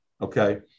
Okay